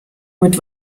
mit